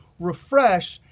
refresh,